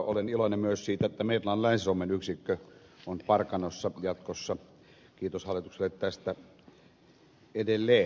olen iloinen myös siitä että metlan länsi suomen yksikkö on parkanossa jatkossa kiitos hallitukselle tästä edelleen